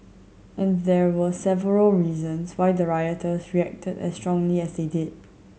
and there were several reasons why the rioters reacted as strongly as they did